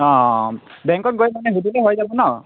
অঁ বেংকত গৈ মানে সুধিলে হৈ যাব নহ্